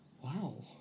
Wow